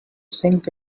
sink